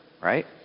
right